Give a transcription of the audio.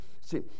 see